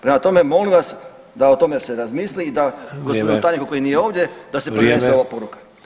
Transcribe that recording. Prema tome, molim vas da o tome se razmisli i da g. tajniku koji nije ovdje da se prenese ova poruka.